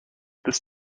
this